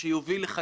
השרה שקד,